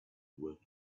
work